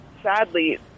Sadly